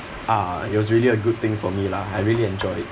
uh it was really a good thing for me lah I really enjoy it